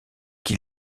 qui